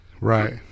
right